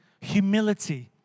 humility